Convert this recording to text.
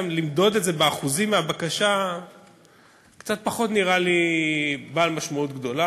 למדוד את זה באחוזים מהבקשה זה קצת פחות נראה לי בעל משמעות גדולה.